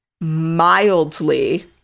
mildly